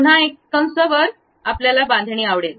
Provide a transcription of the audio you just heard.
पुन्हा कंस वर आपल्याला बांधणी आवडेल